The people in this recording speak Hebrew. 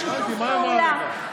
בשיתוף פעולה,